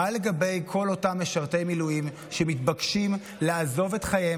מה לגבי כל אותם משרתי מילואים שמתבקשים לעזוב את חייהם